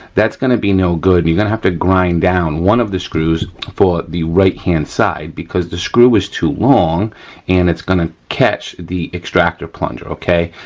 that's gonna be no good. you're gonna have to grind down one of the screws for the right hand side because the screw is too long and it's gonna catch the extractor plunger, okay.